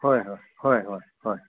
होय होय होय होय होय